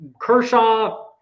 Kershaw